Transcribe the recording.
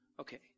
Okay